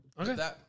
Okay